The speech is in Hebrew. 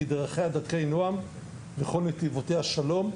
כי "דְּרָכֶ֥יהָ דַרְכֵי־נֹ֑עַם וְֽכׇל־נְתִ֖יבוֹתֶ֣יהָ שָׁלֽוֹם",